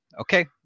Okay